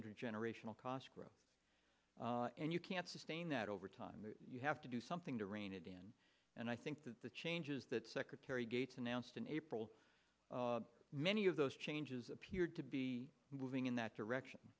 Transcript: intergenerational cost growth and you can't sustain that over time that you have to do something to rein it in and i think that the changes that secretary gates announced in april many of those changes appeared to be moving in that direction